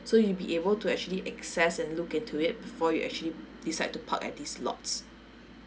so you'll be able to actually access and look into it before you actually decide to park at these slots